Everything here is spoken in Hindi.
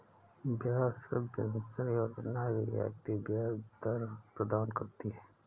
ब्याज सबवेंशन योजना रियायती ब्याज दर प्रदान करती है